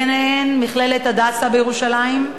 ביניהן מכללת "הדסה" בירושלים,